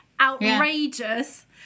Outrageous